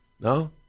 No